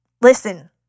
listen